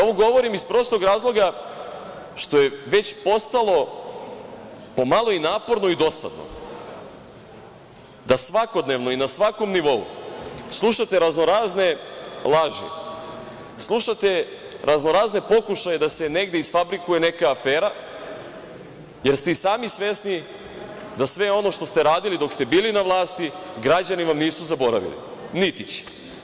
Ovo govorim iz prostog razloga što je već postalo pomalo i naporno i dosadno da svakodnevno i na svakom nivou slušate raznorazne laži, slušate raznorazne pokušaje da se negde isfabrikuje neka afera jer ste i sami svesni da sve ono što ste radili dok ste bili na vlasti građani vam nisu zaboravili, niti će.